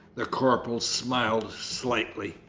the corporal smiled slightly.